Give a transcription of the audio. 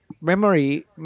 memory